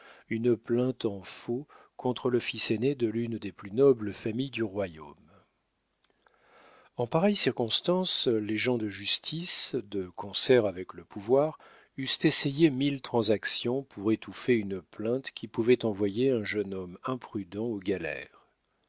une plainte en faux contre le fils aîné de l'une des plus nobles familles du royaume en pareille circonstance les gens de justice de concert avec le pouvoir eussent essayé mille transactions pour étouffer une plainte qui pouvait envoyer un jeune homme imprudent aux galères